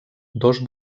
dos